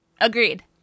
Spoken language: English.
Agreed